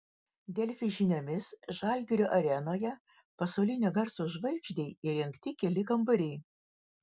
delfi žiniomis žalgirio arenoje pasaulinio garso žvaigždei įrengti keli kambariai